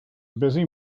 busy